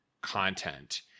content